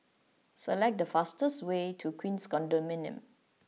select the fastest way to Queens Condominium